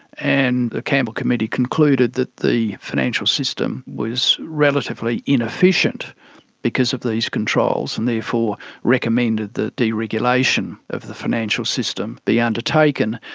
and the campbell committee concluded that the financial system was relatively inefficient because of these controls, and therefore recommended that deregulation of the financial system be undertaken.